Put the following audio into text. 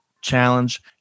challenge